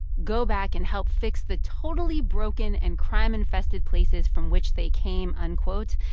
go back and help fix the totally broken and crime infested places from which they came, unquote.